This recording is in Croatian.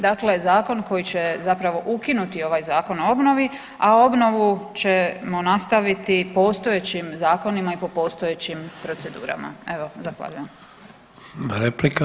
Dakle, zakon koji će zapravo ukinuti ovaj Zakon o obnovi, a obnovu ćemo nastaviti postojećim zakonima i po postojećim procedurama.